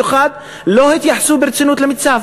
לא התייחסו ברצינות למיצ"ב,